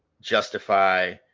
justify